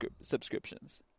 subscriptions